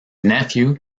nephew